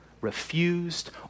refused